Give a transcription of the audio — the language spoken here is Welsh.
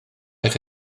eich